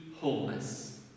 wholeness